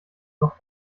noch